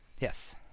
Yes